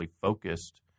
focused